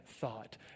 thought